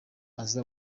aza